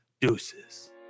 Deuces